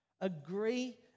Agree